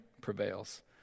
prevails